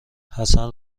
حسن